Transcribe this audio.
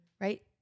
right